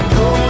go